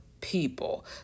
people